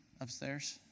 upstairs